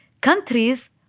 Countries